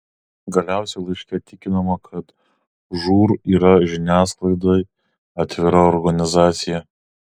galiausiai laiške tikinama kad žūr yra žiniasklaidai atvira organizacija